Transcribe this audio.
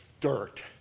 dirt